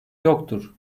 yoktur